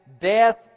death